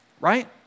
right